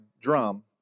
drum